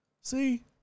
See